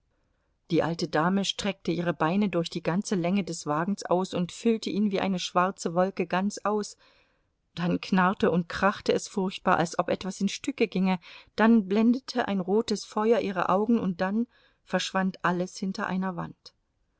die alte dame streckte ihre beine durch die ganze länge des wagens aus und füllte ihn wie eine schwarze wolke ganz aus dann knarrte und krachte es furchtbar als ob etwas in stücke ginge dann blendete ein rotes feuer ihre augen und dann verschwand alles hinter einer wand